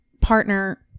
partner